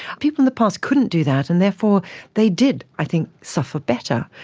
people in the past couldn't do that and therefore they did i think suffer better,